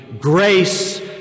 grace